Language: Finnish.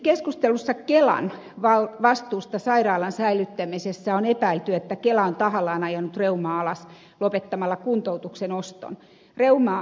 keskustelussa kelan vastuusta sairaalan säilyttämisessä on epäilty että kela on tahallaan ajanut reumaa alas lopettamalla kuntoutuksen oston